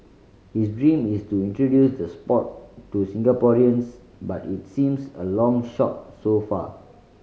his dream is to introduce the sport to Singaporeans but it seems a long shot so far